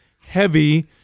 heavy